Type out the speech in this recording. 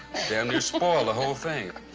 damn near spoiled the whole thing.